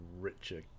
richer